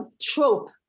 trope